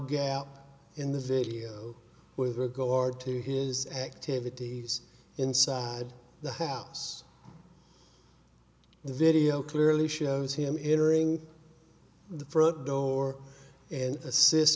gap in the video with regard to his activities inside the house the video clearly shows him interesting the front door and assist